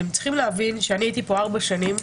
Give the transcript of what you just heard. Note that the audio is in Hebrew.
אתם צריכים להבין שאני הייתי פה 4 שנים,